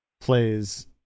plays